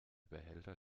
behälter